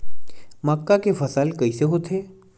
मक्का के फसल कइसे होथे?